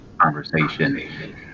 conversation